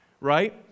right